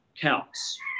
counts